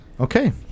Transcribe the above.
Okay